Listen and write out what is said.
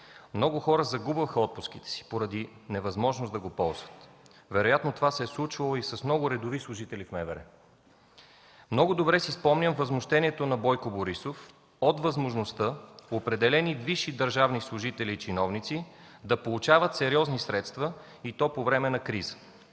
Много хора загубваха отпуските си поради невъзможност да ги ползват. Вероятно това се е случвало с много редови служители в МВР. Много добре си спомням възмущението на Бойко Борисов от възможността определени висши държавни служители и чиновници да получават сериозни средства и то по време на криза,